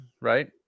right